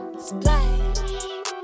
Splash